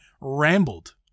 rambled